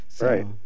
Right